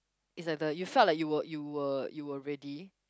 is like the you felt like you were you were you were ready